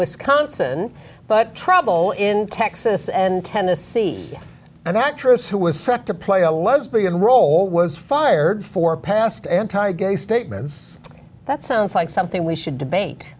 wisconsin but trouble in texas and ten to see an actress who was set to play a lesbian role was fired for past anti gay statements that sounds like something we should